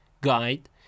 guide